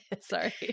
Sorry